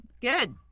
Good